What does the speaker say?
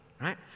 right